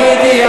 את תגידי,